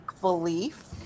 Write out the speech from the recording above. belief